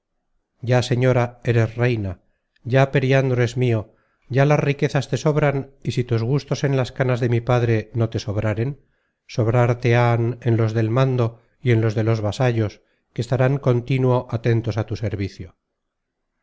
ya señora eres reina ya periandro es mio ya las riquezas te sobran y si tus gustos en las canas de mi padre no te sobraren sobrarte han en los del mando y en los de los vasallos que estarán continuo atentos á tu servicio